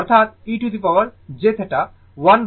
অর্থাৎe jθ 1e jθ2